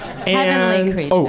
Heavenly